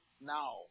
now